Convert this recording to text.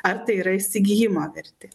ar tai yra įsigijimo vertė